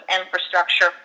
infrastructure